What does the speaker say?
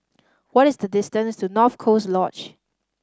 what is the distance to North Coast Lodge